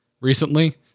recently